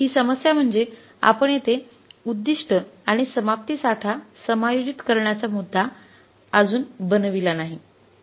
ही समस्या म्हणजे आपण येथे उद्दीष्ट आणि समाप्ती साठा समायोजित करण्याचा मुद्दा अजून बनविला नाही